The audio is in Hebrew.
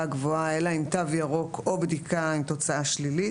גבוהה אלא עם תו ירוק או בדיקה עם תוצאה שלילית,